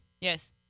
Yes